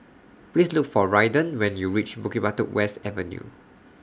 Please Look For Raiden when YOU REACH Bukit Batok West Avenue